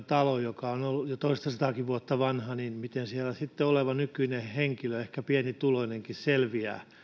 talon joka on jo toistasataakin vuotta vanha niin miten siellä nykyään oleva henkilö ehkä pienituloinenkin selviää